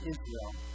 Israel